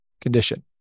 condition